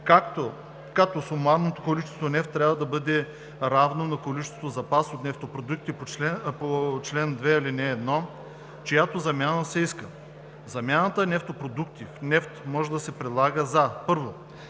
като сумарното количество нефт трябва да бъде равно на количеството запас от нефтопродукти по чл. 2, ал. 1, чиято замяна се иска. Замяната на нефтопродукти в нефт може да се прилага за: 1.